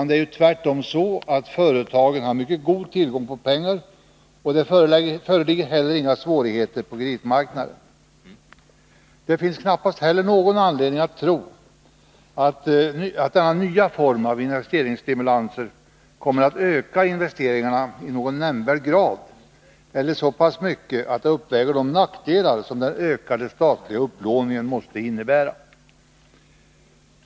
Det är tvärtom så att företagen har mycket god tillgång på pengar. Det föreligger heller inga svårigheter på kreditmarknaden. Det finns knappast någon anledning att tro att denna nya form av investeringsstimulanser kommer att öka investeringarna i någon nämnvärd grad eller så pass mycket att det uppväger de nackdelar som den ökade statliga upplåningen måste innebära.